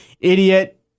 idiot